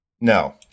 No